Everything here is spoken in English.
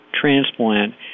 transplant